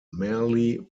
merely